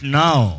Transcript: now